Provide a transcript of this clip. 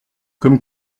comme